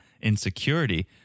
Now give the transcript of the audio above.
insecurity-